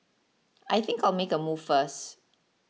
I think I'll make a move first